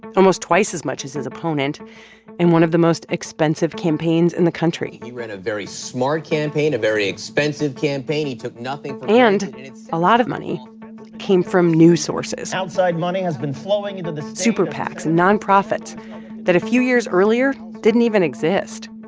almost twice as much as his opponent in one of the most expensive campaigns in the country he ran a very smart campaign, a very expensive campaign. he took nothing from. and a lot of money came from new sources outside money has been flowing into the. superpacs, nonprofits that a few years earlier didn't even exist,